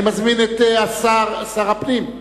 אני מזמין את שר הפנים.